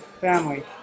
Family